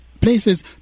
places